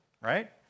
right